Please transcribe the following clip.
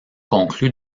conclu